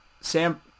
Sam